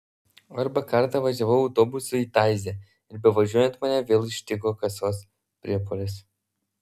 arba kartą važiavau autobusu į taizė ir bevažiuojant mane vėl ištiko kasos priepuolis